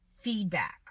feedback